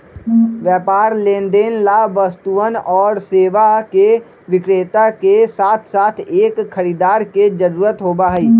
व्यापार लेनदेन ला वस्तुअन और सेवा के विक्रेता के साथसाथ एक खरीदार के जरूरत होबा हई